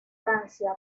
francia